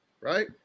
right